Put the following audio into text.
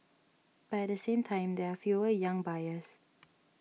but at the same time there are fewer young buyers